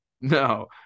No